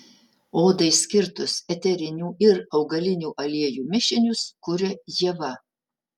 odai skirtus eterinių ir augalinių aliejų mišinius kuria ieva